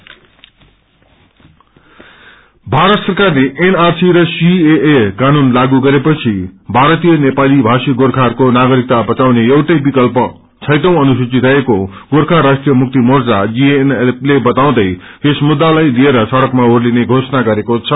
GNLF थारत सरक्रेल NRC र CAA कानून लागू गरेपछि भरतीय नेपाली भाषी गोर्खाहरुको नागरिकता बचाउने एउटै विकल्प छैटौं अनुसूवि रहेको गोर्खा राष्ट्रीय मुक्तिमोर्चा जीएनएलएफ ले बताउँदै यस मुद्धालाई लिएर सड़कमा ओलिने घोषणा गरेको छ